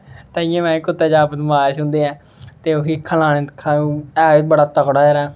ताहियें में कुत्ते जादा बदमाश होंदे ऐ ते ओही खलांदे एह् बी बड़ा तगड़ा ऐ